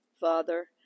Father